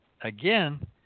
again